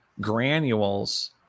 granules